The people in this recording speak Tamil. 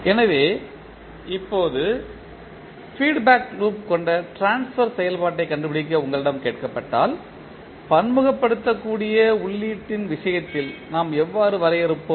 எனவே இப்போது ஃபீட்பேக் லூப் கொண்ட ட்ரான்ஸ்பர் செயல்பாட்டைக் கண்டுபிடிக்க உங்களிடம் கேட்கப்பட்டால் பன்முகப்படுத்தக்கூடிய உள்ளீட்டின் விஷயத்தில் நாம் எவ்வாறு வரையறுப்போம்